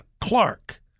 Clark